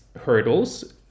hurdles